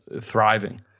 Thriving